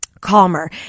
calmer